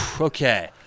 okay